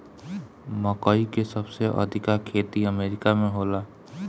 मकई के सबसे अधिका खेती अमेरिका में होला